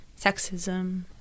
sexism